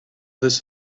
this